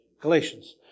Galatians